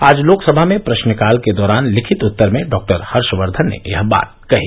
आज लोकसभा में प्रश्नकाल के दौरान लिखित उत्तर में डॉक्टर हर्षवर्धन ने यह बात कही